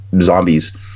zombies